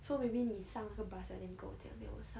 so maybe 你那个 bus liao then 你跟我讲 then 我上'